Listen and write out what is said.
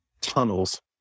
tunnels